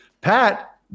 Pat